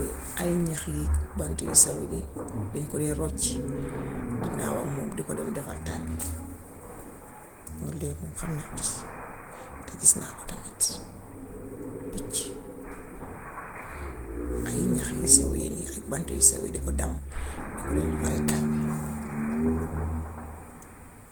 Ay ñax yi bant yu sew yi de dañ ko dee rocci, di naaw ak moom di ko dem defer tàggi. Lool de moom xam naa ko si, te gis naa ko tamit. Picc, waaw.; ay ñax yu sew yi ak bant yu sew yi de ko damm de ko def ay tàggi.